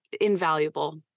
Invaluable